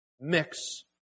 mix